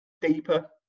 deeper